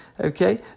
okay